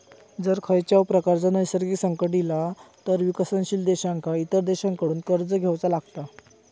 जर खंयच्याव प्रकारचा नैसर्गिक संकट इला तर विकसनशील देशांका इतर देशांकडसून कर्ज घेवचा लागता